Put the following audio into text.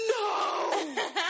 No